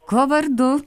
kuo vardu